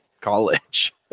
college